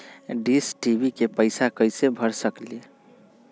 Dish TV के पैईसा कईसे भर सकली?